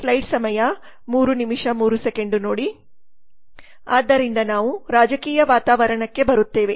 ಆದ್ದರಿಂದ ನಾವು ರಾಜಕೀಯ ವಾತಾವರಣಕ್ಕೆ ಬರುತ್ತೇವೆ